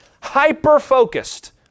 hyper-focused